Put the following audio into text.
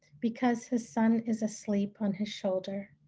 because his son is asleep on his shoulder.